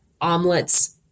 omelets